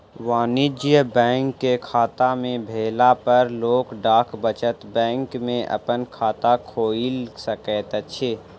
वाणिज्य बैंक के खाता नै भेला पर लोक डाक बचत बैंक में अपन खाता खोइल सकैत अछि